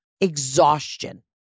exhaustion